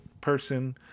person